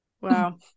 Wow